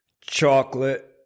chocolate